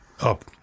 up